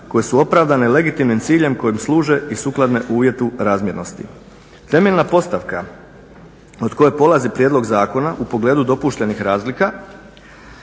koje su opravdane legitimnim ciljem koje služe i sukladno uvjetu razmjernosti. Temeljna postavka od koje polazi prijedlog zakona u pogledu dopuštenih razlika